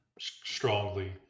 strongly